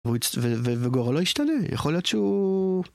וגורלו ישתנה יכול להיות שהוא.